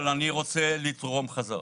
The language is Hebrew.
אבל אני רוצה לתרום חזרה.